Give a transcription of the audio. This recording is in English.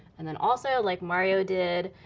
and then also, like mario did,